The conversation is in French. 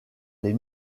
des